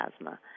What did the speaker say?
asthma